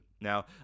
Now